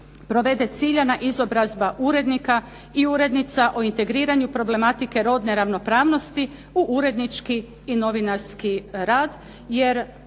provede ciljana izobrazba urednika i urednica o integriranju problematike rodno ravnopravnosti u urednički i novinarski rad.